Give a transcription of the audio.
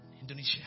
Indonesia